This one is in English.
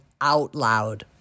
OUTLOUD